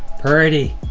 pretty.